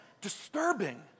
disturbing